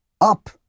up